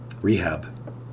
rehab